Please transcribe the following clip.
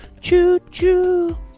choo-choo